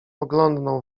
oglądnął